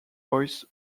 voice